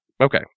Okay